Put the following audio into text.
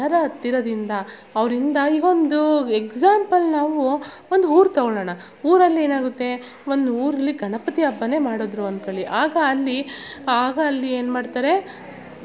ಮತ್ತು ಜನರ ಹತ್ತಿರದಿಂದ ಅವರಿಂದ ಈ ಒಂದು ಎಕ್ಸಾಂಪಲ್ ನಾವು ಒಂದು ಊರು ತಗೊಳ್ಳೋಣ ಊರಲ್ಲಿ ಏನಾಗುತ್ತೆ ಒಂದು ಊರಲ್ಲಿ ಗಣಪತಿ ಹಬ್ಬನೇ ಮಾಡಿದ್ರು ಅಂದ್ಕೊಳ್ಳಿ ಆಗ ಅಲ್ಲಿ ಆಗ ಅಲ್ಲಿ ಏನ್ಮಾಡ್ತಾರೆ